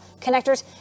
connectors